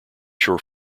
sure